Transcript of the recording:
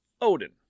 Odin